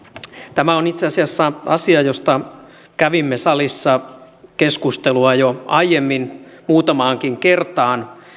tämä on itse asiassa asia josta kävimme salissa keskustelua jo aiemmin muutamaankin kertaan